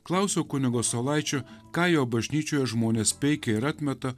klausiau kunigo saulaičio ką jo bažnyčioje žmonės peikia ir atmeta